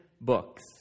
books